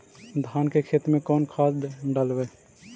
धान के खेत में कौन खाद डालबै?